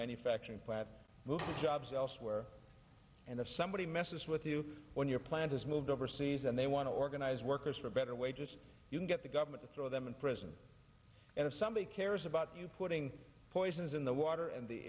manufacturing plant moving jobs elsewhere and if somebody messes with you when your plant is moved overseas and they want to organize workers for better wages you can get the government to throw them in prison and if somebody cares about you putting poisons in the water and the